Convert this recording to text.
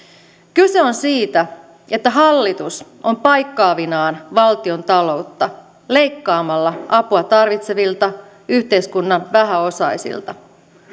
kyse on siitä että hallitus on paikkaavinaan valtiontaloutta leikkaamalla apua tarvitsevilta yhteiskunnan vähäosaisilta